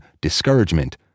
discouragement